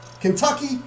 Kentucky